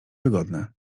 wygodne